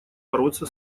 бороться